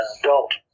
adult